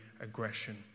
aggression